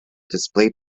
display